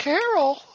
Carol